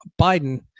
Biden